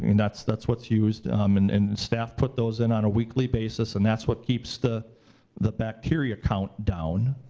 and that's that's what's used, um and and and staff put those in on a weekly basis and that's what keeps the the bacteria count down,